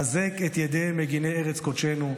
חזק את ידי מגיני ארץ קודשנו.